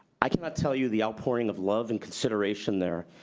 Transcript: i cannot tell you the outpouring of love and consideration there.